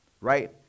right